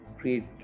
create